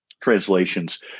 translations